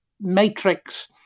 matrix